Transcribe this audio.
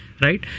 Right